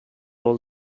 all